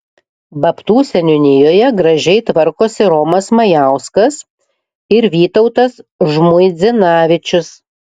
babtų seniūnijoje gražiai tvarkosi romas majauskas ir vytautas žmuidzinavičius